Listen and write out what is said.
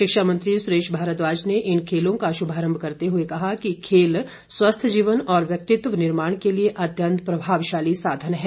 शिक्षा मंत्री सुरेश भारद्वाज ने इन खेलों का शुभारंभ करते हुए कहा कि खेल स्वस्थ जीवन और व्यक्तित्व निर्माण के लिए अत्यंत प्रभावशाली साधन है